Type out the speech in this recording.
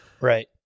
Right